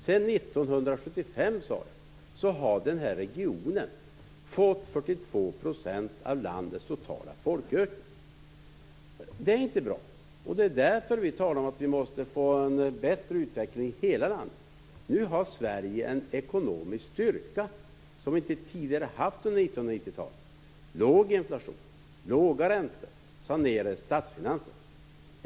Jag sade att Stockholmsregionen sedan 1975 fått 42 % av landets totala folkökning. Det är inte bra. Det är därför som vi talar om att vi måste få en bättre utveckling i hela landet. Nu har Sverige en ekonomisk styrka som vi tidigare inte har haft under 1990-talet. Vi har låg inflation, låga räntor och sanerade statsfinanser.